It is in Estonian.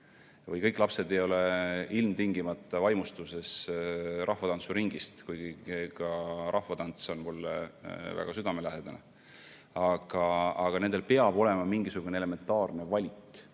kõik lapsed ei ole ilmtingimata vaimustuses rahvatantsuringist, kuigi ka rahvatants on mulle väga südamelähedane. Aga neil peab olema mingisugune elementaarne valik.